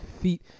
feet